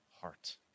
heart